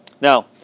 Now